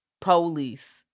Police